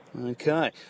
Okay